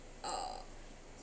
uh